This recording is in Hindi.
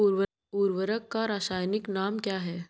उर्वरक का रासायनिक नाम क्या है?